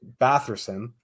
Batherson